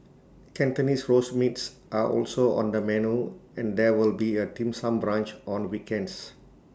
Cantonese Roast Meats are also on the menu and there will be A dim sum brunch on weekends